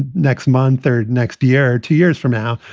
and next month or next year or two years from now.